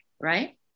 right